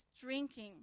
drinking